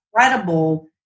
incredible